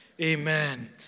Amen